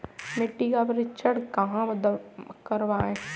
मिट्टी का परीक्षण कहाँ करवाएँ?